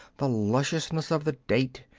the lusciousness of the date,